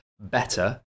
better